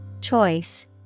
Choice